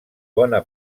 bona